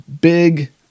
big